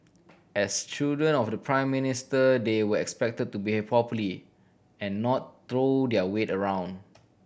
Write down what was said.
as children of the Prime Minister they were expected to behave properly and not throw their weight around